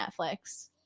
netflix